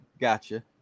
gotcha